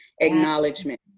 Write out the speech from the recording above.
Acknowledgement